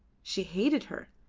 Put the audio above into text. she hated her,